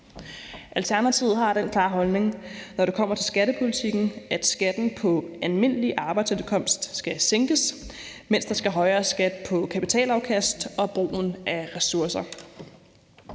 Alternativet har den klare holdning, når det kommer til skattepolitikken, at skatten på almindelig arbejdsindkomst skal sænkes, mens der skal højere skat på kapitalafkast og brugen af ressourcer.